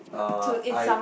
uh I